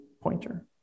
pointer